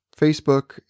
Facebook